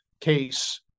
case